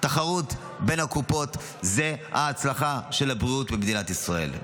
תחרות בין הקופות זו ההצלחה של הבריאות במדינת ישראל,